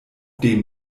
dem